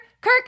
Kirk